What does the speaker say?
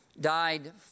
Died